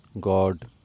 God